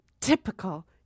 Typical